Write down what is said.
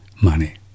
money